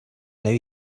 now